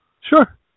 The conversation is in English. Sure